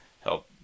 help